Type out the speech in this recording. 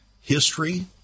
history